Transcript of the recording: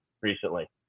recently